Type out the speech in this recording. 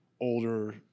older